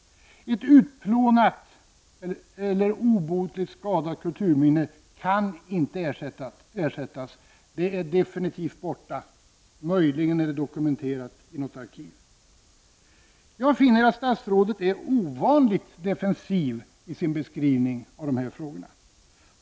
Ett utplånat eller obotligt skadat kulturminne kan inte ersättas. Det är definitivt borta, möjligen är det dokumenterat i något arkiv. Jag finner att statsrådet är ovanligt defensiv i sin beskrivning av det här frågorna.